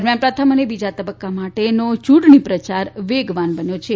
દરમિયાન પ્રથમ અને બીજા તબક્કા માટેનો ચૂંટણી પ્રયાર વેગવાન બન્યો છે